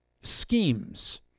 schemes